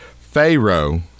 Pharaoh